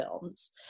films